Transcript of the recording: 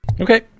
Okay